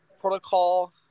protocol